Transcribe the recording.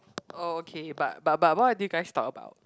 oh okay but but but what do you guys talk about